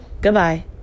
goodbye